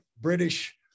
British